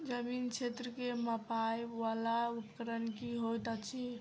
जमीन क्षेत्र केँ मापय वला उपकरण की होइत अछि?